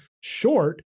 short